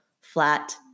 flat